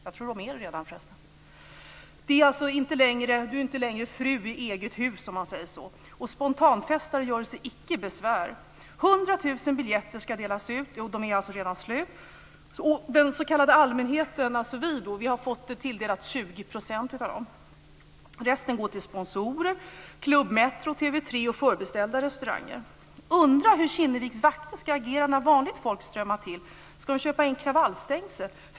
Jag tror förresten att de redan är slut. Du är alltså inte längre fru i eget hus, om man säger så. Spontanfestare göre sig icke besvär. 100 000 biljetter ska delas ut, och de är alltså redan slut. Den s.k. allmänheten, dvs. vi, har fått oss tilldelat 20 % av dem. Resten går till sponsorer, Club Metro, TV 3 och förbeställda restauranger. Jag undrar hur Kinneviks vakter ska agera när vanligt folk strömmar till. Ska de köpa in kravallstängsel?